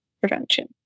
prevention